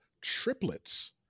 Triplets